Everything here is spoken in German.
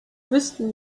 wüssten